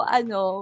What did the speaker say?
ano